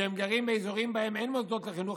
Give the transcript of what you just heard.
שגרים באזורים שבהם אין מוסדות לחינוך